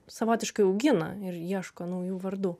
savotiškai augina ir ieško naujų vardų